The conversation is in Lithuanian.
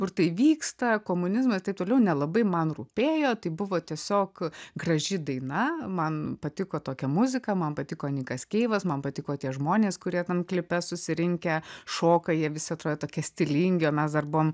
kur tai vyksta komunizmas taip toliau nelabai man rūpėjo tai buvo tiesiog graži daina man patiko tokia muzika man patiko nikas keivas man patiko tie žmonės kurie tame klipe susirinkę šoka jie visi atrodo tokie stilingi o mes dar buvom